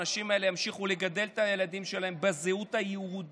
האנשים האלה ימשיכו לגדל את הילדים שלהם בזהות היהודית,